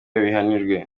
abihanirwe